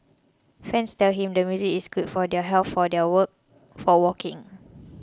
fans tell him the music is good for their health for their work for walking